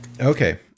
Okay